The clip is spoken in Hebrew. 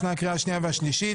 לפני הקריאה השנייה והשלישית.